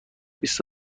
بیست